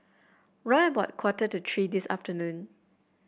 round about quarter to three this afternoon